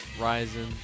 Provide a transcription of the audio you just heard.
Rising